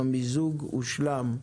המיזוג הושלם.